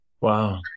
Wow